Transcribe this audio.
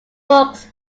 books